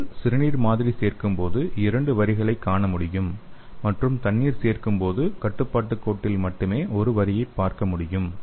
நீங்கள் சிறுநீர் மாதிரி சேர்க்கும் போது இரண்டு வரிகளைக் காண முடியும் மற்றும் தண்ணீர் சேர்க்கும் போது கட்டுப்பாட்டு கோட்டில் மட்டுமே ஒரு வரியை பார்க்க முடியும்